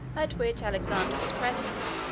at which alexander was present,